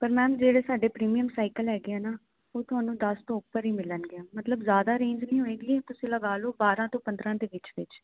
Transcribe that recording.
ਪਰ ਜਿਹੜੇ ਮੈਮ ਸਾਡੇ ਪ੍ਰੀਮੀਅਮ ਸਾਈਕਲ ਹੈਗੇ ਆ ਨਾ ਉਹ ਤੁਹਾਨੂੰ ਦੱਸ ਤੋਂ ਉੱਪਰ ਹੀ ਮਿਲਣਗੇ ਮਤਲਬ ਜਿਆਦਾ ਰੇਂਜ ਨਹੀਂ ਹੋਏਗੀ ਤੁਸੀਂ ਲਗਾ ਲਓ ਬਾਰਾਂ ਤੋਂ ਪੰਦਰਾਂ ਦੇ ਵਿੱਚ ਵਿੱਚ